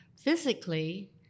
physically